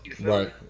Right